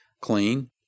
Clean